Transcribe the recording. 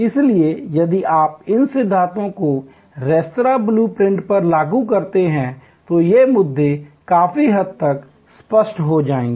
इसलिए यदि आप इन सिद्धांतों को रेस्तरां ब्लू प्रिंट पर लागू करते हैं तो ये मुद्दे काफी हद तक स्पष्ट हो जाएंगे